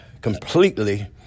completely